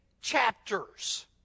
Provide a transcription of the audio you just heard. chapters